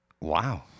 Wow